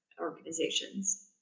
organizations